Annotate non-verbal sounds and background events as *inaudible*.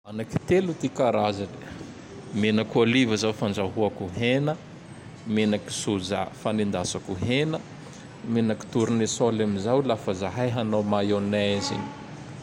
*noise* Anaky *noise* telo ty *noise* karazany: *noise* menaky Oliva zao fandrahoako hena, *noise* menaky Soja fanendasako hena *noise* *noise* menaky tournesol am zao lafa zahay hanao mainaizy igny. *noise*